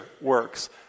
works